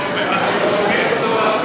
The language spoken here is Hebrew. נא להצביע.